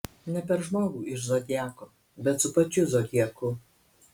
ne per žmogų iš zodiako bet su pačiu zodiaku